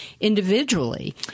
individually